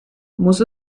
muss